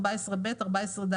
14ב,